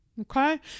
Okay